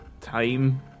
time-